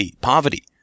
Poverty